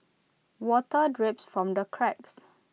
water drips from the cracks